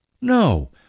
No